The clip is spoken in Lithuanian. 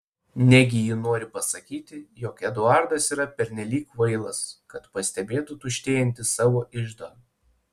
negi ji nori pasakyti jog eduardas yra pernelyg kvailas kad pastebėtų tuštėjantį savo iždą